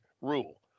rule